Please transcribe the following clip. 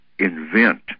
invent